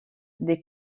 des